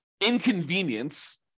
inconvenience